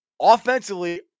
offensively